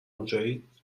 اونجایید